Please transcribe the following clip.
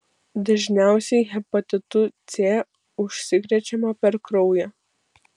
dažniausiai hepatitu c užsikrečiama per kraują